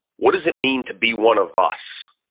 what does it mean to be one of us?